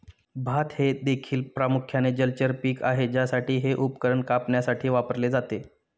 भात हे देखील प्रामुख्याने जलचर पीक आहे ज्यासाठी हे उपकरण कापण्यासाठी वापरले जाते